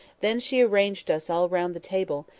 then she arranged us all round the table,